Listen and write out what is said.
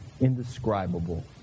Indescribable